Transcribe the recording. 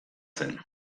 zen